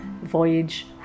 voyage